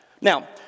Now